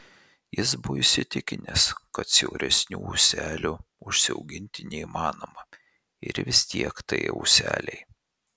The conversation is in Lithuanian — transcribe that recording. jis buvo įsitikinęs kad siauresnių ūselių užsiauginti neįmanoma ir vis tiek tai ūseliai